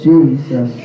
Jesus